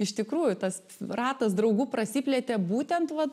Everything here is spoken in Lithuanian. iš tikrųjų tas ratas draugų prasiplėtė būtent vat